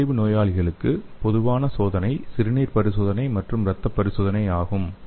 நீரிழிவு நோயாளிகளுக்கு பொதுவான சோதனை சிறுநீர் பரிசோதனை மற்றும் இரத்த பரிசோதனை ஆகும்